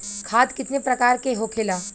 खाद कितने प्रकार के होखेला?